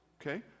Okay